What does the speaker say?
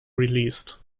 released